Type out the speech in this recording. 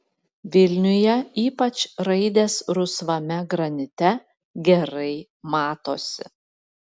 vilniuje ypač raidės rusvame granite gerai matosi